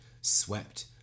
swept